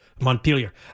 Montpelier